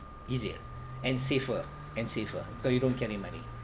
easier and safer and safer so you don't carry money